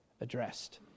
addressed